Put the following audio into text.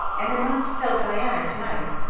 and i must tell diana tonight,